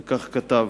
וכך כתב: